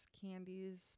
candies